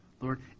Lord